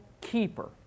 keeper